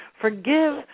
Forgive